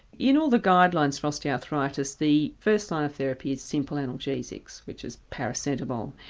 in all the guidelines for osteoarthritis the first line of therapy is simple analgesics, which is paracetamol,